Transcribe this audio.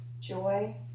Joy